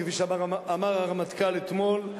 כפי שאמר הרמטכ"ל אתמול,